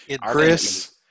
Chris